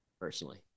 personally